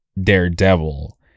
daredevil